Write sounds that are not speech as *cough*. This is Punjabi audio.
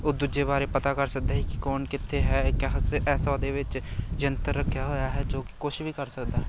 ਉਹ ਦੂਜੇ ਬਾਰੇ ਪਤਾ ਕਰ ਸਕਦਾ ਹੈ ਕਿ ਕੌਣ ਕਿੱਥੇ ਹੈ *unintelligible* ਐਸਾ ਉਹਦੇ ਵਿੱਚ ਜੰਤਰ ਰੱਖਿਆ ਹੋਇਆ ਹੈ ਜੋ ਕਿ ਕੁਛ ਵੀ ਕਰ ਸਕਦਾ ਹੈ